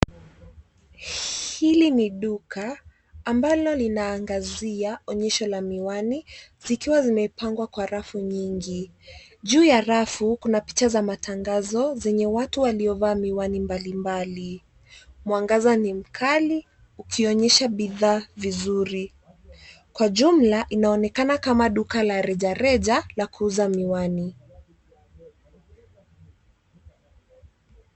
Hili ni duka ambalo linaangazia onyesho la miwani zikiwa zimepangwa kwa rafu nyingi. Juu ya rafu kuna picha za matangazo zenye watu waliovaa miwani mbalimbali. Mwangaza ni mkali ukionyesha bidhaa vizuri. Kwa jumla inaonekana kama duka la rejareja la kuuza miwani.